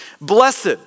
Blessed